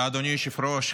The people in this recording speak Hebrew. אדוני היושב-ראש.